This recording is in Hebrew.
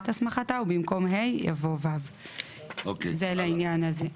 הסמכתה" ובמקום "(ה)" יבוא "(ו)"; זה לעניין הזה.